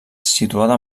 situada